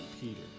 Peter